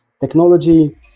Technology